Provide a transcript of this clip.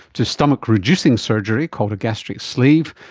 to stomach reducing surgery called a gastric sleeve,